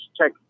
check